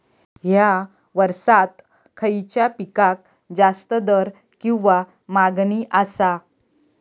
हया वर्सात खइच्या पिकाक जास्त दर किंवा मागणी आसा?